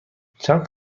چند